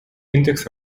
index